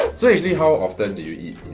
so, actually, how often do you eat